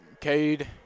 Cade